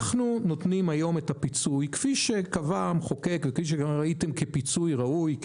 אנחנו נותנים היום את הפיצוי כפי שקבע המחוקק וכפי שראיתם כפיצוי ראוי,